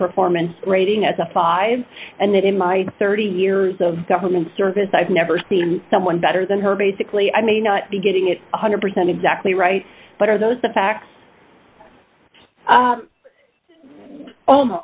performance rating as a five and that in my thirty years of government service i've never seen someone better than her basically i may not be getting it one hundred percent exactly right but are those the facts